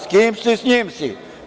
S kim si, s njim si.